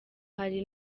hari